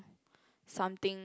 something